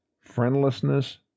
friendlessness